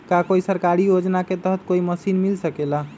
का कोई सरकारी योजना के तहत कोई मशीन मिल सकेला?